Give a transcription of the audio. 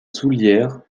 soullieres